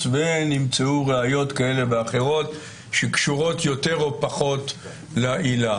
ונמצאו ראיות כאלה ואחרות שקשורות יותר או פחות לעילה.